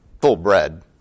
full-bred